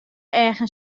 eagen